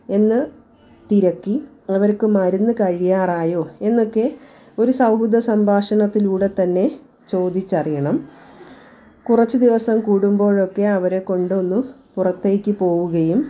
എന്ന് തിരക്കി അവർക്ക് മരുന്ന് കഴിയാറായോ എന്നൊക്കെ ഒരു സൗഹൃദ സംഭാഷണത്തിലൂടെ തന്നെ ചോദിച്ചറിയണം കുറച്ച് ദിവസം കൂടുമ്പോഴൊക്കെ അവരെ കൊണ്ടൊന്ന് പുറത്തേക്ക് പോവുകയും